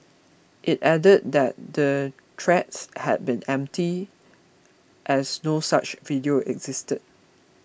it added that the threats had been empty as no such video existed